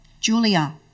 Julia